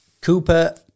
Cooper